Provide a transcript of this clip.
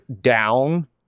down